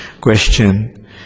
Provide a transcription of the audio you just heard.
question